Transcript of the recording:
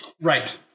Right